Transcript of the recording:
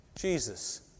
Jesus